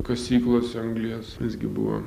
kasyklose anglies visgi buvo